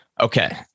Okay